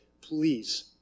please